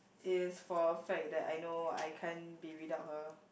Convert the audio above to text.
is for a fact that I know I can't be without her